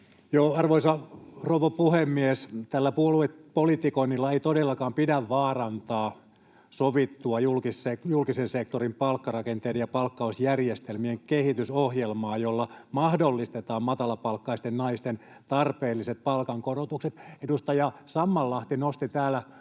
Arvoisa rouva puhemies! Tällä puoluepolitikoinnilla ei todellakaan pidä vaarantaa sovittua julkisen sektorin palkkarakenteiden ja palkkausjärjestelmien kehitysohjelmaa, [Niina Malm pyytää vastauspuheenvuoroa] jolla mahdollistetaan matalapalkkaisten naisten tarpeelliset palkankorotukset. Edustaja Sammallahti nosti täällä